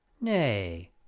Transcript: Nay